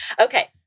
Okay